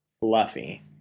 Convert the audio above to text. Fluffy